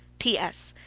p s.